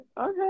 okay